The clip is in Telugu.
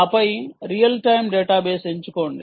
ఆపై రియల్ టైమ్ డేటాబేస్ ఎంచుకోండి